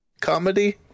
comedy